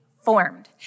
formed